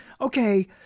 okay